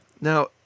Now